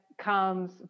comes